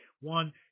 One